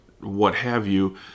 what-have-you